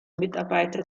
mitarbeiter